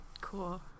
Cool